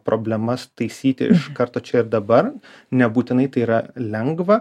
problemas taisyti iš karto čia ir dabar nebūtinai tai yra lengva